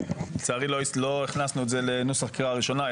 לצערי לא הכנסנו את זה לנוסח קריאה ראשונה,